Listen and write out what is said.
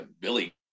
Billy